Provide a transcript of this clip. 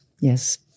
Yes